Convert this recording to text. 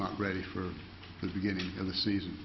not ready for the beginning of the season